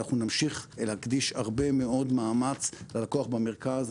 אנחנו נמשיך להקדיש הרבה מאוד מאמץ ללקוח במרכז.